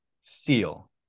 Seal